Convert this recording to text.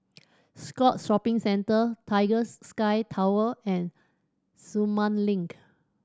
Scotts Shopping Centre Tigers Sky Tower and Sumang Link